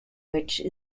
which